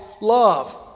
love